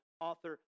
author